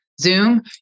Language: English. Zoom